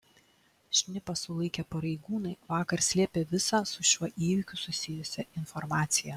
šnipą sulaikę pareigūnai vakar slėpė visą su šiuo įvykiu susijusią informaciją